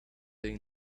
day